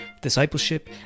discipleship